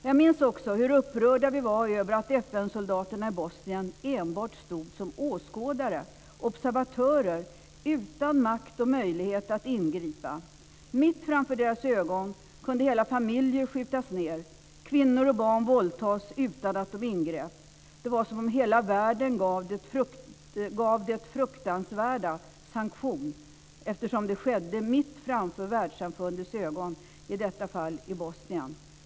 Jag minns också hur upprörda vi var över att FN soldaterna i Bosnien enbart stod som åskådare, observatörer, utan makt och möjlighet att ingripa. Mitt framför deras ögon kunde hela familjer skjutas ned, och kvinnor och barn våldtogs utan att de ingrep. Det var som om hela världen gav det fruktansvärda sanktion, eftersom det skedde mitt framför världssamfundets ögon - i detta fall i Bosnien.